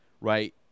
right